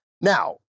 Now